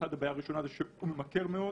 בעיה ראשונה שהוא ממכר מאוד